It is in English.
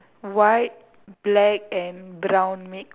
white black and brown mix